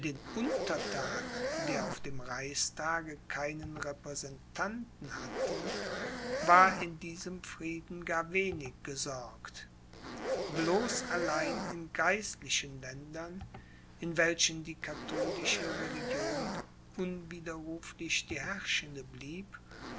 der auf dem reichstage keinen repräsentanten hatte war in diesem frieden gar wenig gesorgt bloß allein in geistlichen ländern in welchen die katholische religion unwiderruflich die herrschende blieb